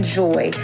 joy